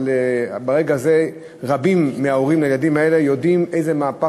אבל ברגע זה רבים מההורים לילדים האלה יודעים איזה מהפך